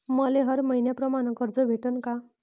मले हर मईन्याप्रमाणं कर्ज भेटन का?